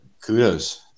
kudos